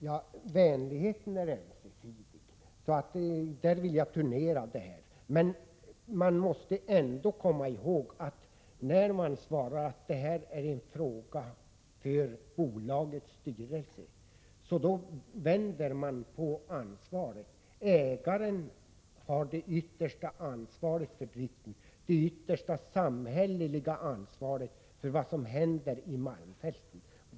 Om statligtstödförviss Herr talman! Vänligheten är ömsesidig — där vill jag turnera. een Man måste ändå komma ihåg att när man svarar att det här är en fråga för fa bolagets styrelse vänder man på ansvaret. Ägaren har det yttersta ansvaret för driften och det yttersta samhälleliga ansvaret för vad som händer i Malmfälten.